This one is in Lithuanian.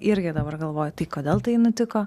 irgi dabar galvoju tai kodėl tai nutiko